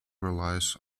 relies